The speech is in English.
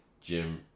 Jim